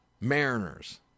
Mariners